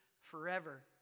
forever